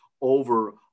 over